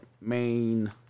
main